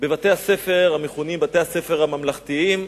בבתי-הספר המכונים בתי-הספר הממלכתיים,